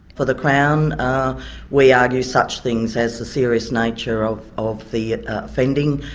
for the crown we argued such things as the serious nature of of the offending,